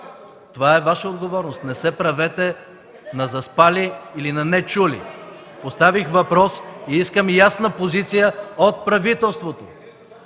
Това е Ваша отговорност. Не се правете на заспали или на нечули. Поставих въпрос и искам ясна позиция от правителството.